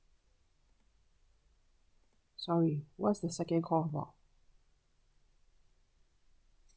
sorry what's the second call about